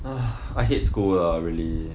ugh I hate school lah really